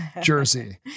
jersey